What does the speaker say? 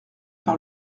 par